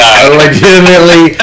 Legitimately